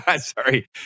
Sorry